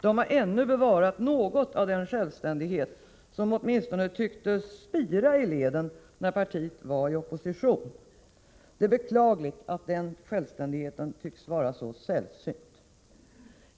De har ännu bevarat något av den självständighet som åtminstone tycktes spira i leden när partiet var i opposition. Det är beklagligt att denna självständighet tycks vara så sällsynt.